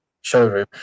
showroom